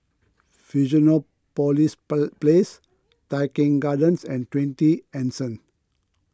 Fusionopolis police Place Tai Keng Gardens and twenty Anson